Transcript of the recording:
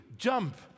Jump